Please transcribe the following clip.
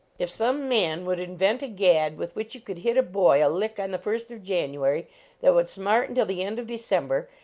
if some man would invent a gad with which you could hit a boy a lick on the first of jan uary that would smart until the end of de cember,